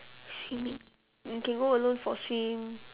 swimming you can go alone for a swim